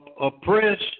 oppressed